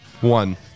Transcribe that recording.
one